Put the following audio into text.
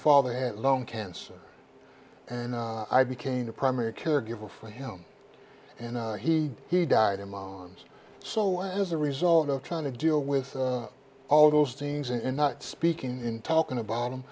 father had lung cancer and i became the primary caregiver for him and he he died in mines so as a result of trying to deal with all those things and not speaking in talking about